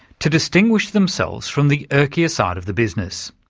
to distinguish themselves from the erkier side of the business.